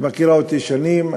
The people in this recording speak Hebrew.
היא מכירה אותי שנים,